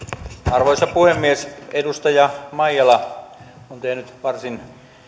arvoisa puhemies edustaja maijala on tehnyt varsin